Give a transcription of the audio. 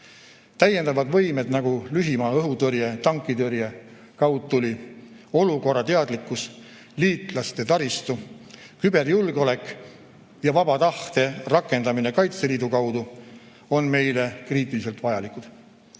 hoida. Täiendavad võimed, nagu lühimaa õhutõrje, tankitõrje, kaudtuli, olukorrateadlikkus, liitlaste taristu, küberjulgeolek ja vaba tahte rakendamine Kaitseliidu kaudu, on meile kriitiliselt vajalikud.